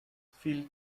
feel